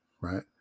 right